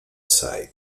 side